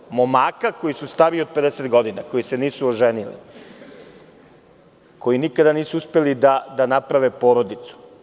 Znači, momaka koji su stariji od 50 godina, koji se nisu oženili i koji nikada nisu uspeli da naprave porodicu.